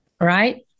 right